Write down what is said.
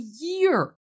year